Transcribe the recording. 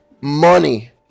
money